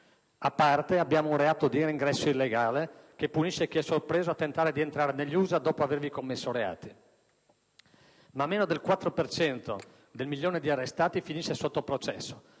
A parte, abbiamo un reato di reingresso illegale, nel quale incorre chi è sorpreso a tentare di entrare negli USA dopo avervi commesso reati. Ma meno del 4 per cento del milione di arrestati finisce sotto processo.